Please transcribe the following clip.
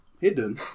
Hidden